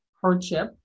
hardship